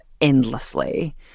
endlessly